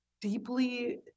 deeply